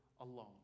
alone